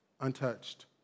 untouched